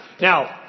Now